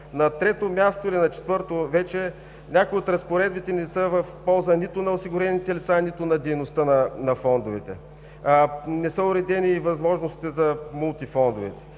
на четвърто място, някои от разпоредбите не са в полза нито на осигурените лица, нито на дейността на фондовете. Не са уредени и възможностите за мултифондовете